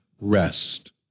rest